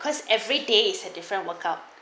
because every days had different workout